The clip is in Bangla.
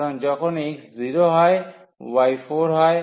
সুতরাং যখন x 0 হয় y 4 হয়